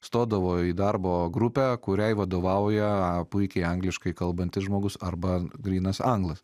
stodavo į darbo grupę kuriai vadovauja a puikiai angliškai kalbantis žmogus arba grynas anglas